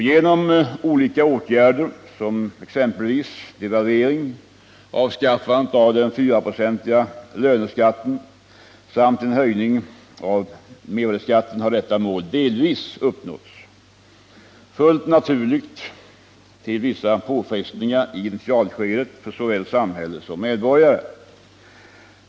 Genom olika åtgärder, såsom devalvering, avskaffande av den 4-procentiga löneskatten samt en höjning av mervärdeskatten har detta mål delvis uppnåtts, fullt naturligt med vissa påfrestningar i initialskyddet för såväl samhället som medborgare.